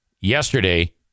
yesterday